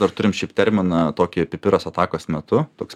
dar turim šiaip terminą tokį pipiras atakos metu toks